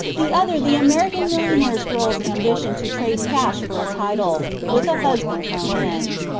the other the american millionaire-girl's ambition to trade cash for a title, with a husband thrown in.